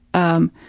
um,